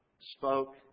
spoke